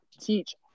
teach